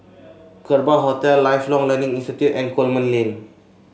Kerbau Hotel Lifelong Learning Institute and Coleman Lane